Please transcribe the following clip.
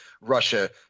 Russia